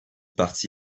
parti